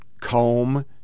Comb